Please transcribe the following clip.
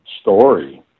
story